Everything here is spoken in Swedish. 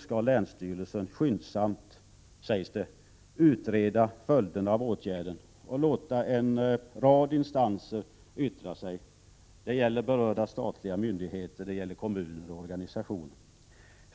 skall länsstyrelsen skyndsamt, sägs det, utreda följderna av åtgärden och låta en rad instanser yttra sig. Det gäller berörda statliga myndigheter, kommuner och organisationer.